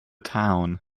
town